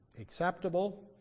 acceptable